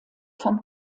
vom